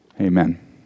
amen